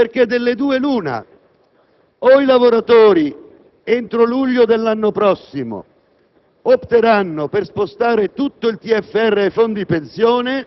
quale sarà la decisione dei lavoratori, se opteranno per spostare il TFR nei fondi pensione o